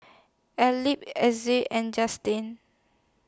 Elbert Essa and Justyn